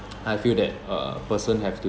I feel that a person have to